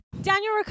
Daniel